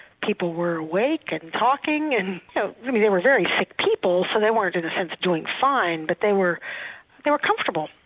people were awake and talking and so they were very sick people, so they weren't in a sense doing fine, but they were they were comfortable,